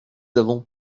avons